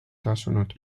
tasunud